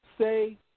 say